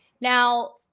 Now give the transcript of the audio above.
now